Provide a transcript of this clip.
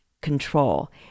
control